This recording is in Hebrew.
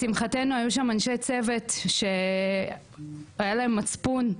לשמחתנו היו שם אנשי צוות שהיה להם מצפון,